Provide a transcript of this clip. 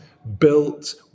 built